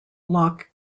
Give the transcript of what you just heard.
loch